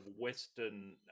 Western